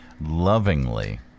lovingly